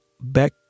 back